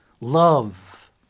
Love